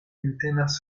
entenas